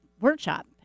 workshop